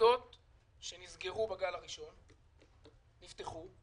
מוסדות שנסגרו בגל הראשון ואחר כך נפתחו.